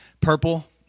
Purple